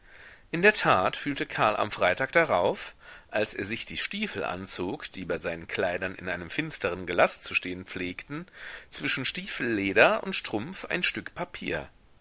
in der tat fühlte karl am freitag darauf als er sich die stiefel anzog die bei seinen kleidern in einem finsteren gelaß zu stehen pflegten zwischen stiefelleder und strumpf ein stück papier